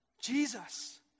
Jesus